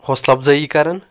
حوصلہٕ افضٲیی کَرَان